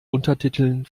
untertiteln